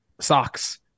socks